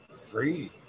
free